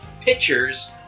pictures